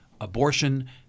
abortion